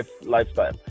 lifestyle